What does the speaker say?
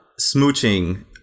smooching